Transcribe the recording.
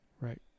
right